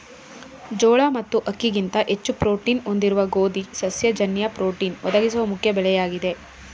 ಜೋಳ ಮತ್ತು ಅಕ್ಕಿಗಿಂತ ಹೆಚ್ಚು ಪ್ರೋಟೀನ್ನ್ನು ಹೊಂದಿರುವ ಗೋಧಿ ಸಸ್ಯ ಜನ್ಯ ಪ್ರೋಟೀನ್ ಒದಗಿಸುವ ಮುಖ್ಯ ಬೆಳೆಯಾಗಿದೆ